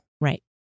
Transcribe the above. Right